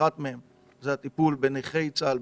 ואחת מהן זה הטיפול בנכי צה"ל,